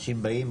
אנשים באים,